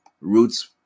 roots